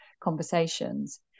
conversations